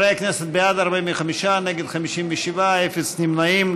חברי הכנסת, בעד, 45, נגד, 57, אפס נמנעים.